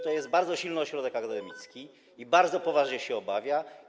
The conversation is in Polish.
To jest bardzo silny ośrodek akademicki i bardzo poważnie się obawia.